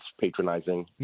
patronizing